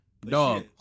Dog